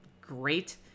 great